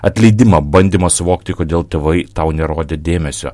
atleidimą bandymą suvokti kodėl tėvai tau nerodė dėmesio